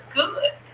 good